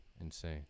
Insane